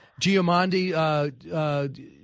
Giamondi